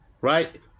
Right